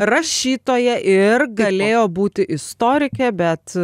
rašytoja ir galėjo būti istorikė bet